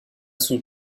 son